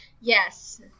Yes